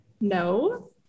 No